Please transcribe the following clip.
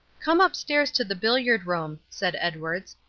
come upstairs to the billiard-room, said edwards.